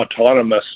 autonomous